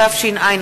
התש”ע 2010,